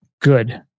good